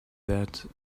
that